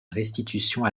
restitution